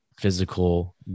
physical